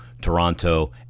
Toronto